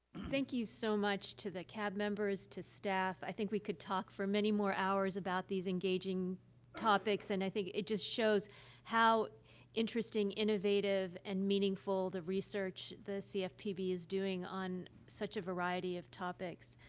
thank you so much to the cab members, to staff. i think we could talk for many more hours about these engaging topics, and i think it just shows how interesting, innovative, and meaningful the research the cfpb is doing on such a variety of topics.